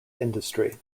industry